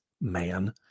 man